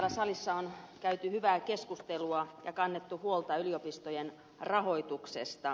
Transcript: täällä salissa on käyty hyvää keskustelua ja kannettu huolta yliopistojen rahoituksesta